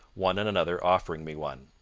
one and another offering me one.